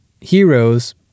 heroes